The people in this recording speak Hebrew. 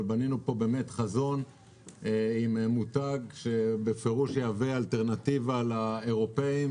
אבל בנינו פה חזון עם מותג שיהיה אלטרנטיבה לאירופים.